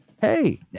hey